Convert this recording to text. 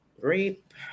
Grape